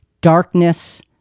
darkness